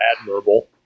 admirable